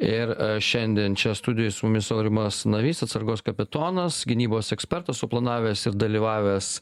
ir šiandien čia studijoj su mumis aurimas navys atsargos kapitonas gynybos ekspertas suplanavęs ir dalyvavęs